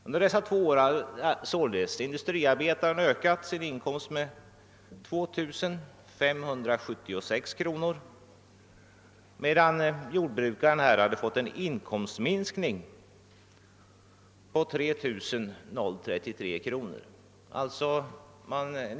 Under dessa två år hade industriarbetaren således ökat sin inkomst med 2 576 kr., medan jordbrukaren fått vidkännas en inkomstminskning på 3 033 kr.